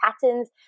patterns